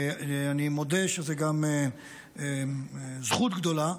ואני מודה שזו גם זכות גדולה,